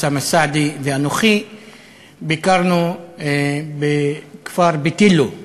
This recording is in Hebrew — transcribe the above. אוסאמה סעדי ואנוכי ביקרנו בכפר ביתילו,